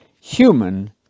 human